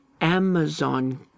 Amazon